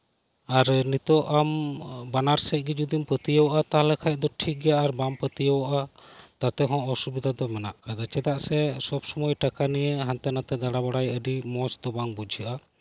ᱟᱨ ᱱᱤᱛᱚᱜ ᱟᱢ ᱵᱟᱱᱟᱨ ᱥᱮᱫᱜᱮ ᱡᱚᱫᱤᱢ ᱯᱟᱹᱛᱭᱟᱹᱣᱟᱜᱼᱟ ᱛᱟᱦᱚᱞᱮ ᱠᱷᱟᱡ ᱫᱚ ᱴᱷᱤᱠᱜᱮᱭᱟ ᱟᱨ ᱵᱟᱢ ᱯᱟᱹᱛᱭᱟᱹᱣᱟᱜ ᱟ ᱛᱟᱛᱮᱦᱚᱸ ᱚᱥᱩᱵᱤᱫᱷᱟ ᱫᱚ ᱢᱮᱱᱟᱜ ᱟᱠᱟᱫᱟ ᱪᱮᱫᱟᱜ ᱥᱮ ᱥᱚᱵᱥᱩᱢᱟᱹᱭ ᱴᱟᱠᱟᱱᱤᱭᱮ ᱦᱟᱱᱛᱮ ᱱᱟᱛᱮ ᱫᱟᱬᱟ ᱵᱟᱲᱟᱭ ᱟᱹᱰᱤ ᱢᱚᱡᱫᱚ ᱵᱟᱝ ᱵᱩᱡᱷᱟᱹᱜ ᱟ